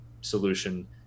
solution